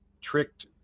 tricked